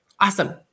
Awesome